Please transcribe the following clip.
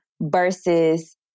versus